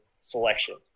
selection